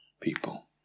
people